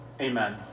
Amen